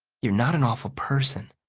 you're not an awful person,